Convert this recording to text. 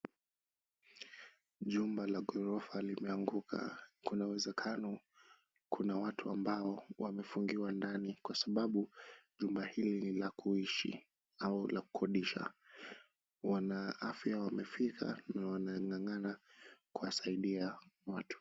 Jumba la ghorofa limeanguka. Kuna uwezekano kuna watu ambao wamefungiwa ndani, kwa sababu jumba hili ni la kuishi au la kukodisha. Wanaafya wamefika na wanang'ang'ana kuwasaidia watu.